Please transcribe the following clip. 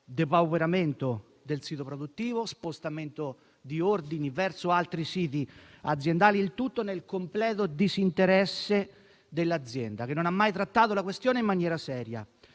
depauperamento del sito produttivo, con lo spostamento di ordini verso altri siti aziendali, il tutto nel completo disinteresse dell'azienda, che non ha mai trattato la questione in maniera seria.